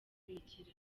bigira